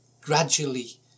gradually